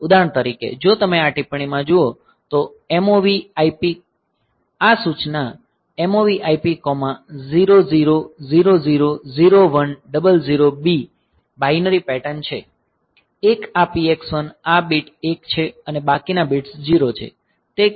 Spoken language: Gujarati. ઉદાહરણ તરીકે જો તમે આ ટિપ્પણીમાં જુઓ તો MOV IP આ સૂચના MOV IP00000100B બાઈનરી પેટર્ન છે 1 આ PX1 આ બીટ 1 છે અને બાકીના બિટ્સ 0 છે